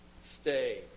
Stay